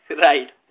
Right